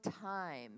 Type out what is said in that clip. time